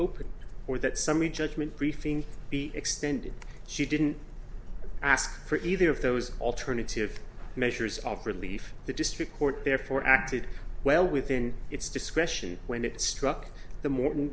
reopened or that summary judgment briefing be extended she didn't ask for either of those alternative measures of relief the district court therefore acted well within its discretion when it struck the morton